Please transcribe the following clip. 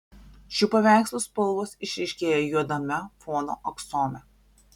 šių paveikslų spalvos išryškėja juodame fono aksome